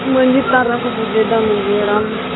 ᱢᱟᱺᱡᱷᱤ ᱛᱷᱟᱱ ᱨᱮᱦᱚᱸ ᱠᱚ ᱯᱩᱡᱟᱹᱭᱮᱫᱟ ᱢᱟᱺᱡᱷᱤ ᱦᱟᱲᱟᱢ